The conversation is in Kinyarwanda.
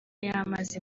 y’amazi